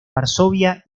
varsovia